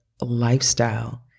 lifestyle